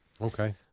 Okay